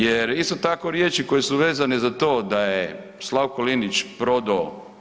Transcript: Jer isto tako riječi koje su vezane za to da je Slavko Linić prodao